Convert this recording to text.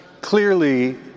clearly